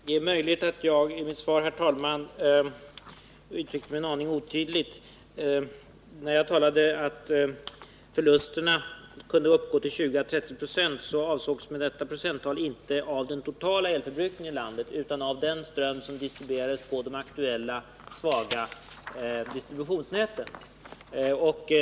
Herr talman! Det är möjligt att jag i mitt svar, herr talman, uttryckt mig en aning otydligt. När jag sade att förlusterna kunde uppgå till 20 å 30 96 avsåg detta procenttal inte den totala elförbrukningen i landet utan den ström som distribueras på de aktuella svaga distributionsnäten.